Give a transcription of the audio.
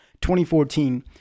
2014